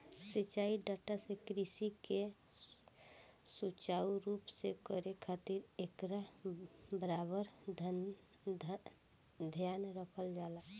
सिंचाई डाटा से कृषि के सुचारू रूप से करे खातिर एकर बराबर ध्यान रखल जाला